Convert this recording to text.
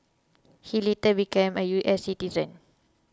he later became a U S citizen